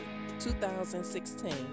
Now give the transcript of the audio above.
2016